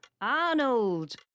Arnold